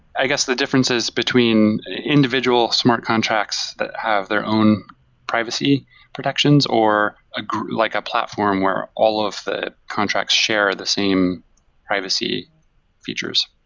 i guess the difference is between individual smart contracts that have their own privacy protections, or a like ah platform where all of the contracts share the same privacy features.